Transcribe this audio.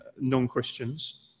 non-christians